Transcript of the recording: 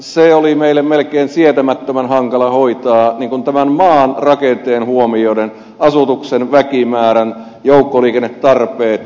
se oli meille melkein sietämättömän hankala hoitaa huomioiden tämän maan rakenteen asutuksen väkimäärän joukkoliikennetarpeet